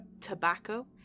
Tobacco